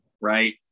right